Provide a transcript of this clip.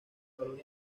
valor